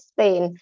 Spain